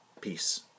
Peace